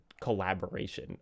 collaboration